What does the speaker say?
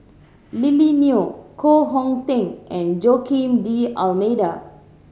Lily Neo Koh Hong Teng and Joaquim D'Almeida